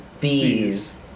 bees